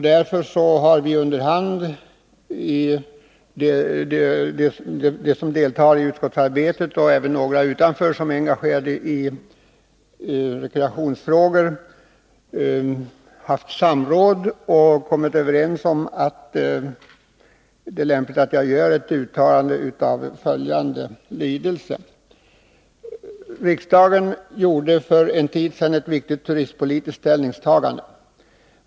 Därför har vi under hand — vi som deltagit i utskottsarbetet och även några utanför utskottet som är engagerade i rekreationsfrågor — haft samråd och kommit överens om att det är lämpligt att jag gör ett uttalande av följande lydelse: Riksdagen gjorde för en tid sedan ett viktigt turistpolitiskt ställningstagande.